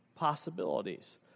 Possibilities